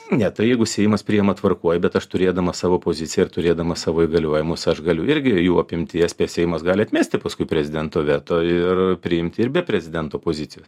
ne tai jeigu seimas priima tvarkoj bet aš turėdamas savo poziciją ir turėdamas savo įgaliojimus aš galiu irgi jų apimties seimas gali atmesti paskui prezidento veto ir priimti ir be prezidento pozicijos